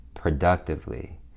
productively